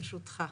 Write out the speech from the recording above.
ברשותך.